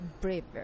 braver